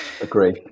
Agree